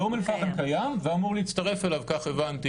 באום אל-פחם קיים, ואמור להצטרף אליו, כך הבנתי